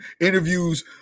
interviews